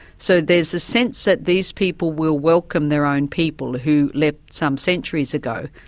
so there's a sense that these people will welcome their own people who left some centuries ago.